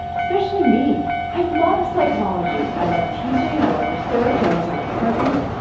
especially me. i love psychology! i love teaching. i love research. i love my department.